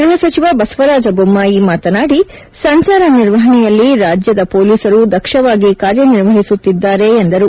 ಗೃಹ ಸಚಿವ ಬಸವರಾಜ ಬೊಮ್ಮಾಯಿ ಮಾತನಾದಿ ಸಂಚಾರ ನಿರ್ವಹಣೆಯಲ್ಲಿ ರಾಜ್ಯದ ಪೋಲೀಸರು ದಕ್ಷವಾಗಿ ಕಾರ್ಯನಿರ್ವಹಿಸುತ್ತಿದ್ದಾರೆ ಎಂದರು